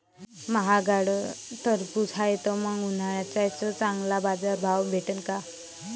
माह्याकडं टरबूज हाये त मंग उन्हाळ्यात त्याले चांगला बाजार भाव भेटन का?